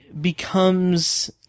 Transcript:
becomes